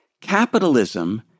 Capitalism